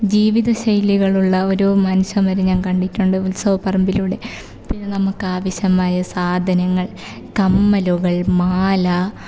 ജീവിതശൈലികളുള്ള ഒരു മനുഷ്യന്മാരെ ഞാന് കണ്ടിട്ടുണ്ട് ഉത്സവ പറമ്പിലൂടെ പിന്നെ നമുക്കാവശ്യമായ സാധനങ്ങള് കമ്മലുകള് മാല